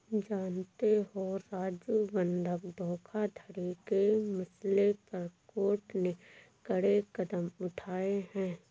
जानते हो राजू बंधक धोखाधड़ी के मसले पर कोर्ट ने कड़े कदम उठाए हैं